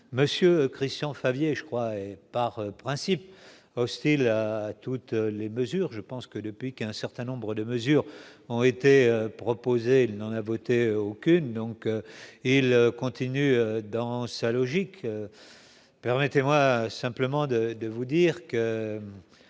monsieur Christian Favier, je crois, par principe, hostile à toutes les mesures, je pense que, depuis qu'un certain nombre de mesures ont été proposées, il n'en a voté aucune donc il continue dans sa logique, permettez-moi simplement de de vous dire que,